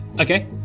Okay